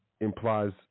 implies